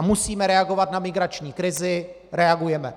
Musíme reagovat na migrační krizi, reagujeme.